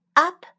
up